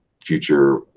future